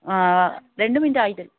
രണ്ട് മിനിറ്റ് ആയിട്ട്